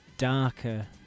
darker